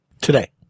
today